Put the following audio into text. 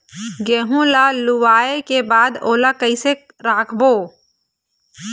गेहूं ला लुवाऐ के बाद ओला कइसे राखबो?